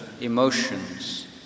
emotions